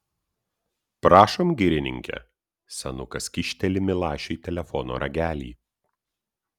prašom girininke senukas kyšteli milašiui telefono ragelį